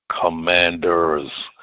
Commanders